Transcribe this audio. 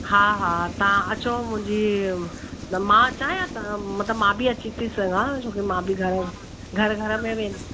हा हा तव्हां अचो मुंहिंजी न मां अचा या मतिलबु मां बि अची थी सघां छो की मां बि घरु घरु घर में वेंदी